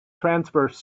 transverse